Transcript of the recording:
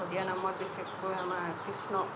ভদীয়া নামত বিশেষকৈ আমাৰ কৃষ্ণক